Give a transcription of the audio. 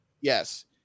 yes